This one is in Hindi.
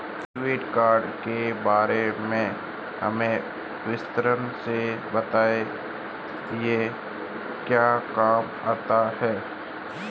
डेबिट कार्ड के बारे में हमें विस्तार से बताएं यह क्या काम आता है?